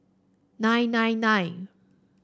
nine nine nine